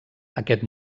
aquest